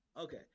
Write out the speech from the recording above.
Okay